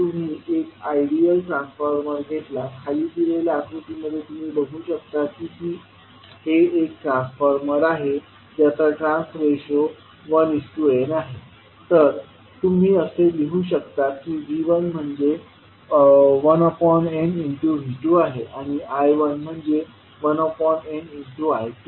जर तुम्ही एक आयडियल ट्रान्सफॉर्मर घेतला खाली दिलेल्या आकृतीमध्ये तुम्ही बघू शकता की हे एक ट्रान्सफॉर्मर आहे ज्याचा ट्रान्स रेशो 1 n आहे तर तुम्ही असे लिहू शकता की V1म्हणजे 1nV2आहे आणि I1म्हणजे 1n I2आहे